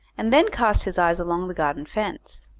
and then cast his eyes along the garden fence.